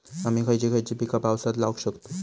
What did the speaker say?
आम्ही खयची खयची पीका पावसात लावक शकतु?